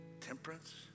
Temperance